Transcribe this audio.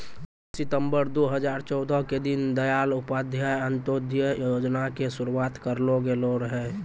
पच्चीस सितंबर दू हजार चौदह के दीन दयाल उपाध्याय अंत्योदय योजना के शुरुआत करलो गेलो रहै